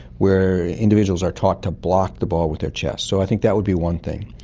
where individuals are taught to block the ball with their chest. so i think that would be one thing.